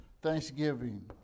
thanksgiving